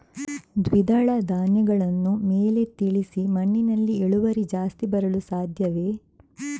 ದ್ವಿದಳ ಧ್ಯಾನಗಳನ್ನು ಮೇಲೆ ತಿಳಿಸಿ ಮಣ್ಣಿನಲ್ಲಿ ಇಳುವರಿ ಜಾಸ್ತಿ ಬರಲು ಸಾಧ್ಯವೇ?